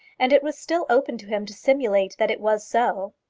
and it was still open to him to simulate that it was so.